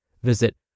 Visit